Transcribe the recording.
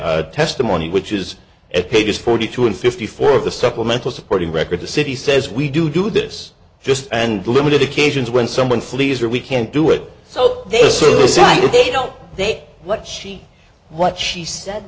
nancy testimony which is at pages forty two and fifty four of the supplemental supporting record the city says we do do this just and limited occasions when someone flees or we can't do it so this saturday don't they say what she what she said